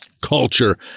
culture